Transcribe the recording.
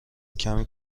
کمی